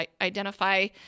identify